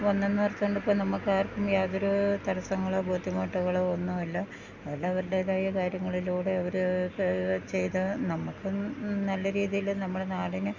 ഒന്നെന്നു പറഞ്ഞാലിപ്പോള് നമ്മള്ക്കാർക്കും യാതൊരു തടസ്സങ്ങളോ ബുദ്ധിമുട്ടുകളോ ഒന്നുമില്ല എല്ലാവരുടേതായ കാര്യങ്ങളിലൂടെ അവര് ചെയ്ത് നമുക്ക് നല്ല രീതിയില് നമ്മുടെ നാടിന്